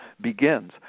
begins